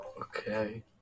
okay